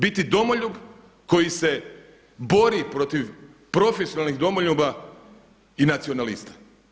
Biti domoljub koji se bori protiv profesionalnih domoljuba i nacionalista.